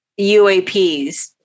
UAPs